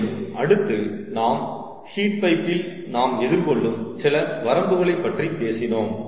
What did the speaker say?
மேலும் அடுத்து நாம் ஹீட் பைப்பில் நாம் எதிர்கொள்ளும் சில வரம்புகளை பற்றி பேசினோம்